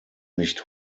nicht